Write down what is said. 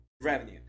revenue